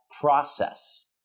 process